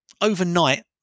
overnight